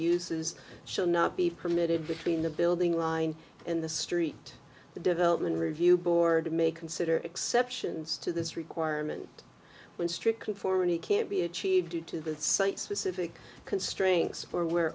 uses shall not be permitted between the building line and the street development review board may consider exceptions to this requirement when strict conformity can be achieved due to the site specific constraints or where